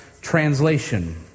translation